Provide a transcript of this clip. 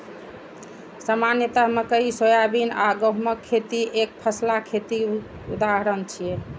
सामान्यतः मकइ, सोयाबीन आ गहूमक खेती एकफसला खेतीक उदाहरण छियै